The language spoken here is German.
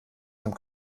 dem